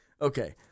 Okay